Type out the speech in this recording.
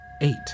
eight